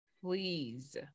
please